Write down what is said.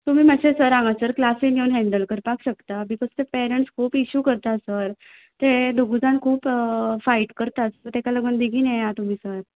तुमी माश्शे सर हांगासर क्लासीन येवन हँडल करपाक शकता बिकॉज ते पॅरंट्स खूब इशू करता सर ते दोगूय जाण खूब फायट करता सो ताका लागून बेगीन येयात तुमी सर